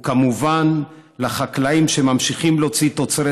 וכמובן החקלאים שממשיכים להוציא תוצרת